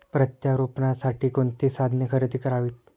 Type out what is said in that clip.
प्रत्यारोपणासाठी कोणती साधने खरेदी करावीत?